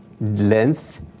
length